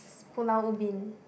Pulau Ubin